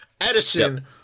Edison